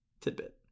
tidbit